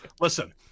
Listen